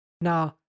Now